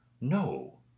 No